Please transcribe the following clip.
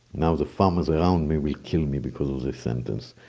now the farmers around me will kill me because of this sentence.